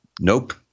nope